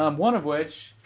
um one of which,